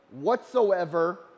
whatsoever